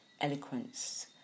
eloquence